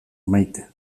maite